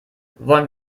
wollen